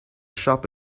shop